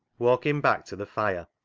walking back to the fire,